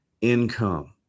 income